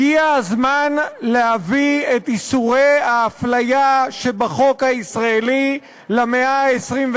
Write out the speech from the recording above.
הגיע הזמן להביא את איסורי ההפליה שבחוק הישראלי למאה ה-21,